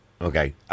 Okay